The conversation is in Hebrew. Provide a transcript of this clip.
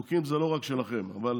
שיווק זה לא רק שלכם, אבל